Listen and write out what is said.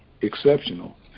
exceptional